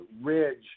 Ridge